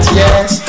yes